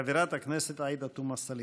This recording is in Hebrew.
חברת הכנסת עאידה תומא סלימאן.